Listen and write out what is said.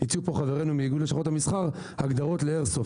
הציעו פה חברינו מאיגוד לשכות המסחר הגדרות לאיירסופט.